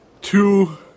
two